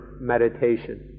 meditation